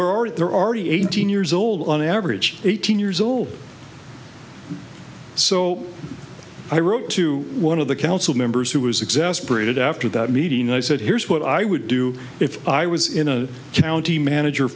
already there are eighteen years old on average eighteen years old so i wrote to one of the council members who was exasperated after that meeting i said here's what i would do if i was in a county manager